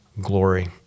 glory